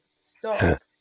Stop